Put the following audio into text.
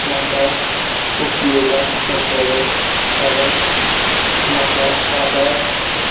म्हाका उपयोगा पडटलो कारण म्हाका आदार